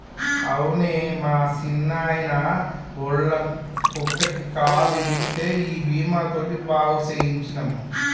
అవునే మా సిన్నాయిన, ఒళ్ళ కుక్కకి కాలు ఇరిగితే ఈ బీమా తోటి బాగు సేయించ్చినం